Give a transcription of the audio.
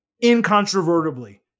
incontrovertibly